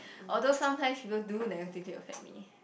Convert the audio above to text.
although sometimes he will do negatively affect me